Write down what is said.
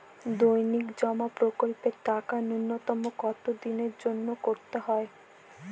দৈনিক জমা প্রকল্পের টাকা নূন্যতম কত দিনের জন্য করতে হয়?